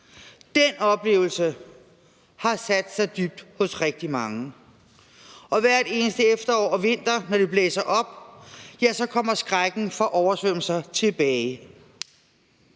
Den oplevelse har sat sig dybt hos rigtig mange. Og hvert eneste efterår og hver eneste vinter, når det blæser op, ja, så kommer skrækken for oversvømmelser tilbage.